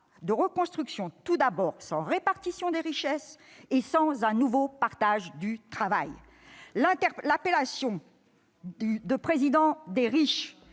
de reconstruction sans répartition des richesses et sans un nouveau partage du travail. L'appellation de « Président des riches